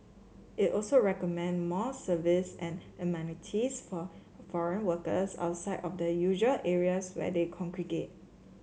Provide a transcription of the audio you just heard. it also recommend more services and amenities for foreign workers outside of the usual areas where they congregate